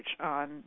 on